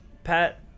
Pat